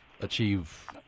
achieve